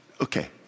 Okay